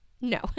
No